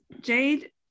Jade